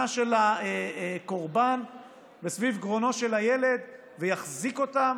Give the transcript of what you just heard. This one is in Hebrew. של הקורבן וסביב גרונו של הילד ויחזיק אותם?